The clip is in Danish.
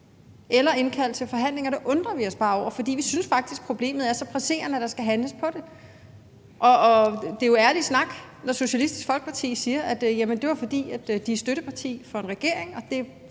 eller indkalde til forhandlinger. Det undrer vi os bare over, for vi synes faktisk, at problemet er så presserende, at der skal handles på det. Og det er jo ærlig snak, når Socialistisk Folkeparti siger, at det er, fordi de er støtteparti for en regering, og at det